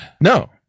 No